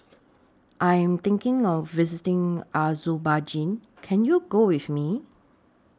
I Am thinking of visiting Azerbaijan Can YOU Go with Me